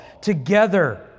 together